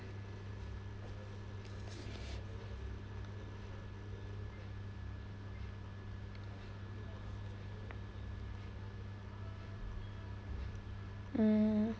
mm